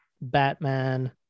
Batman